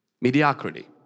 mediocrity